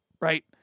Right